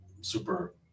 super